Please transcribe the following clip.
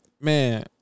man